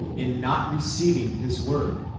in not receiving his word,